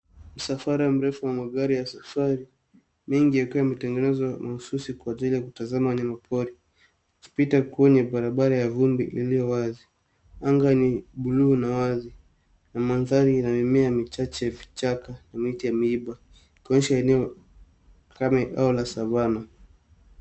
Msafara mrefu wa magari safari mingi yakiwa yametengezwa kwa ususi kwa ajili ya kutanzama wanyama pori ikipita kwenye barabara ya vumbi iliowaza. Anga ni bluu na wazi .Na madhari ina mimea michache vichaka na miti ya miiba kuonyesha eneo kavu au la Savana.